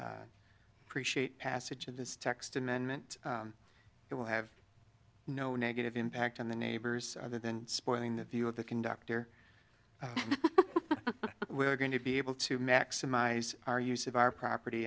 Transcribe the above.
appreciate passage of this text amendment it will have no negative impact on the neighbors other than spoiling the view of the conductor we are going to be able to maximize our use of our property